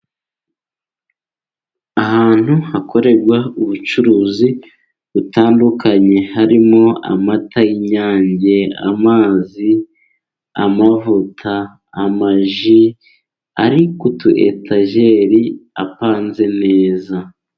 Ahantu hakorerwa ubucuruzi butandukanye, harimo amata y'inyange, amazi, amavuta, amaji, ari ku tu etajeri apanze neza.